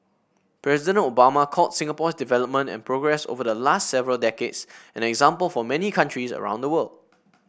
President Obama called Singapore's development and progress over the last several decades an example for many countries around the world